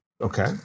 okay